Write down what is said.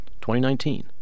2019